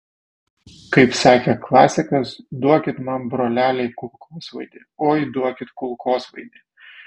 kaip sakė klasikas duokit man broleliai kulkosvaidį oi duokit kulkosvaidį